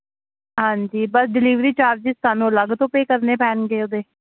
ਹਾਂਜੀ ਬਸ delivery charges ਤੁਹਾਨੂੰ ਅਲੱਗ ਤੋਂ ਪੇਅ ਕਰਨੇ ਪੈਣਗੇ ਉਹਦੇ